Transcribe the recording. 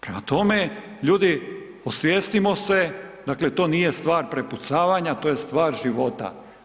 Prema tome, ljudi osvijestimo se, dakle to nije stvar prepucavanja, to je stvar života.